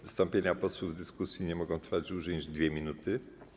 Wystąpienia posłów w dyskusji nie mogą trwać dłużej niż 2 minuty.